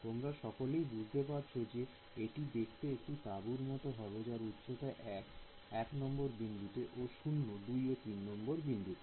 তোমরা সকলেই বুঝতে পারছ যে এটি দেখতে একটি তাবুর মত হবে যার উচ্চতা 1 এক নম্বর বিন্দুতে ও 0 2 ও তিন নম্বর বিন্দুতে